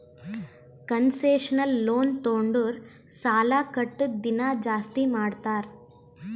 concessional loan ತೊಂಡುರ್ ಸಾಲಾ ಕಟ್ಟದ್ ದಿನಾ ಜಾಸ್ತಿ ಮಾಡ್ತಾರ್